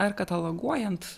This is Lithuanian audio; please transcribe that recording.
ar kataloguojant